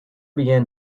began